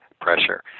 pressure